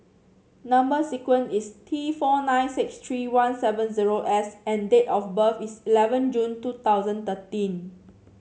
number sequence is T four nine six three one seven zero S and date of birth is eleven June two thousand thirteen